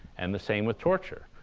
and the same with torture.